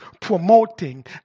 promoting